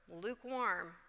lukewarm